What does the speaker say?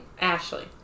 Ashley